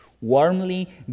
Warmly